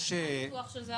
מה הניתוח של זה?